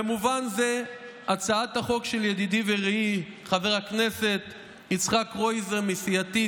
במובן זה הצעת החוק של ידידי ורעי חבר הכנס יצחק קרויזר מסיעתי,